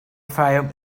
fayoum